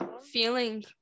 feeling